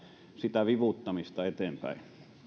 sitä vivuttamista eteenpäin